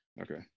okay